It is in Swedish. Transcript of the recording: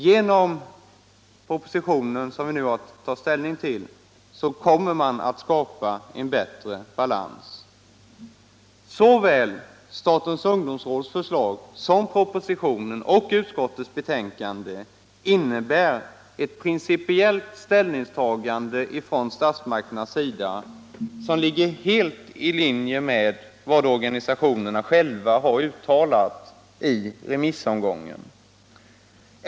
Genom den proposition som vi nu har att ta ställning till kommer det att skapas en bättre balans. Såväl statens ungdomsråds förslag som propositionen och utskottets betänkande innebär ett principiellt ställningstagande av statsmakterna som ligger helt i linje med vad organisationerna själva uttalat i remissomgången.